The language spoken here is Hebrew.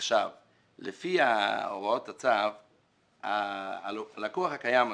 לפי הוראות הצו, הלקוח הקיים הזה,